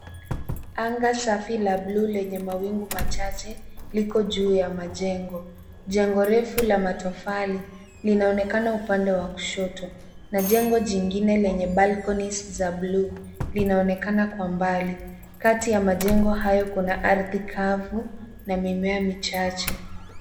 Anga safi la buluu lenye mawingu machache lipo juu ya majengo. Jengo refu la matofali linaonekana upande wa kushoto, huku jengo jingine lenye kuta za buluu likiwa mbali kidogo. Kati ya majengo hayo kuna ardhi kavu na mimea michache.